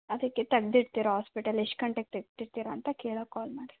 ಅದಕ್ಕೆ ತಗ್ದು ಇರ್ತೀರಾ ಹಾಸ್ಪೆಟಲ್ ಎಷ್ಟು ಗಂಟೆಗೆ ತಗ್ದು ಇರ್ತೀರಾ ಅಂತ ಕೇಳಕೆ ಕಾಲ್ ಮಾಡಿದೆ